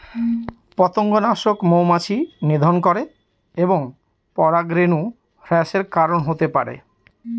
পতঙ্গনাশক মৌমাছি নিধন করে এবং পরাগরেণু হ্রাসের কারন হতে পারে